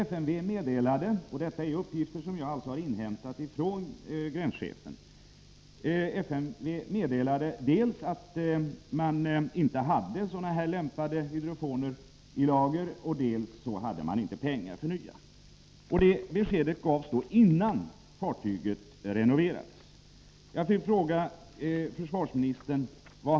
FYV meddelade — detta är uppgifter som jag alltså inhämtat från gränschefen — dels att man inte hade lämpliga hydrofoner i lager, dels att man inte hade pengar till nya.